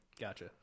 Gotcha